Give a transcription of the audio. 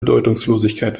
bedeutungslosigkeit